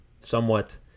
somewhat